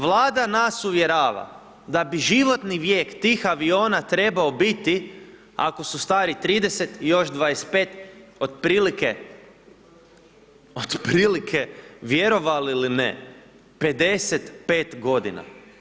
Vlada nas uvjerava da bi životni vijek tih aviona trebao biti ako su stari 30 i još 25 otprilike, otprilike vjerovali ili ne 55 godina.